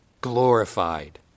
glorified